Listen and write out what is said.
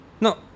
No